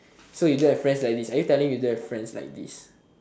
so you don't have friends like this are you telling you don't have friends like this